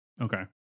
Okay